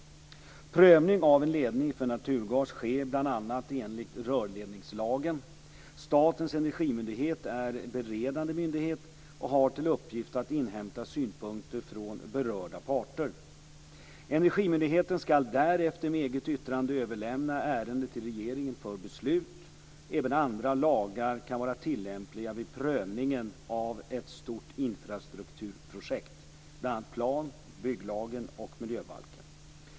Prövning av en ledning för naturgas sker bl.a. enligt rörledningslagen. Statens energimyndighet är beredande myndighet och har till uppgift att inhämta synpunkter från berörda parter. Energimyndigheten skall därefter med eget yttrande överlämna ärendet till regeringen för beslut. Även andra lagar kan vara tillämpliga vid prövningen av ett stort infrastrukturprojekt, bl.a. plan och bygglagen och miljöbalken.